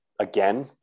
again